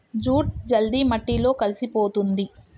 jute జల్ది మట్టిలో కలిసిపోతుంది